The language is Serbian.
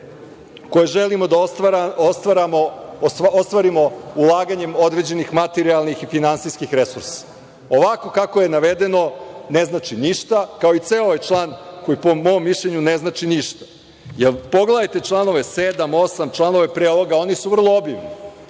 koji želimo da ostvarimo ulaganjem određenih materijalnih i finansijskih resursa. Ovako kako je navedeno ne znači ništa kao i ceo ovaj član koji je po mom mišljenju ne znači ništa. Pogledajte članove 7, 8. članove pre ovoga oni su vrlo obimni